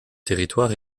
territoire